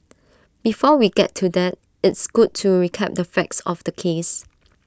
before we get to that it's good to recap the facts of the case